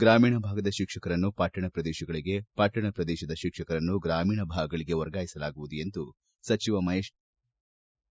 ಗ್ರಾಮೀಣ ಭಾಗದ ಶಿಕ್ಷಕರನ್ನು ಪಟ್ಟಣ ಪ್ರದೇಶಗಳಿಗೆ ಪಟ್ಟಣ ಪ್ರದೇಶದ ಶಿಕ್ಷಕರನ್ನು ಗ್ರಾಮೀಣ ಭಾಗಗಳಿಗೆ ವರ್ಗಾಯಿಸಲಾಗುವುದು ಎಂದು ಸಚಿವ ಮಹೇಶ್ ತಿಳಿಸಿದರು